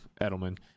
edelman